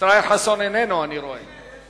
ישראל חסון איננו, אני רואה.